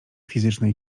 fizycznej